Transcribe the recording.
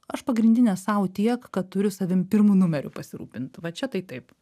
aš pagrindinė sau tiek kad turiu savim pirmu numeriu pasirūpint va čia tai taip